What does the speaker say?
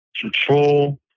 control